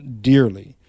dearly